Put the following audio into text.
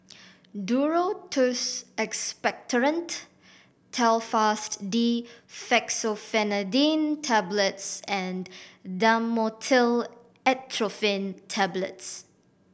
Duro Tuss Expectorant Telfast D Fexofenadine Tablets and Dhamotil Atropine Tablets